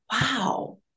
wow